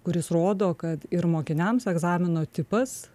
kuris rodo kad ir mokiniams egzamino tipas